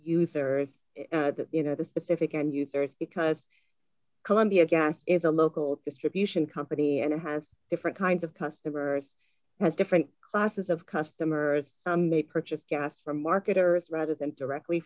users that you know the specific and uther because colombia again is a local distribution company and has different kinds of customers has different classes of customers purchased gas for marketers rather than directly